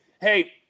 hey